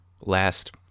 last